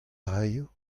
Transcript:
raio